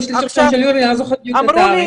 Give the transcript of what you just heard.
אני לא זוכרת בדיוק את התאריך.